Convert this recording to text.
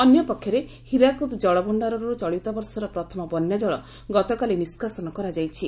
ଅନ୍ୟ ପକ୍ଷରେ ହୀରାକୁଦ କଳଭଷାରରୁ ଚଳିତ ବର୍ଷର ପ୍ରଥମ ବନ୍ୟାଜଳ ଗତକାଲି ନିଷାସନ କରାଯାଇଛି